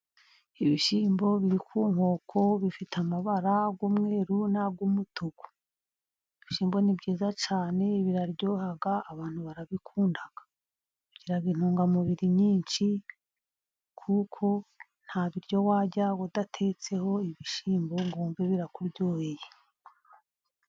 Ibishyimbo biri ku nkoko, bifite amabara y'umweru n'ay'umutuku. Ibishyimbo ni byiza cyane biraryoha, abantu barabikunda. Bigira intungamubiri nyinshi, kuko nta biryo warya udatetseho ibishyimbo, ngo wumve birakuryoheye.